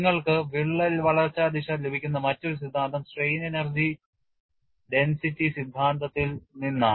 നിങ്ങൾക്ക് വിള്ളൽ വളർച്ചാ ദിശ ലഭിക്കുന്ന മറ്റൊരു സിദ്ധാന്തം സ്ട്രെയിൻ എനർജി സാന്ദ്രത സിദ്ധാന്തത്തിൽ നിന്നാണ്